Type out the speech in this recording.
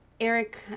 Eric